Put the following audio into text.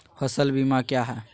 फ़सल बीमा क्या है?